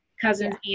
Cousins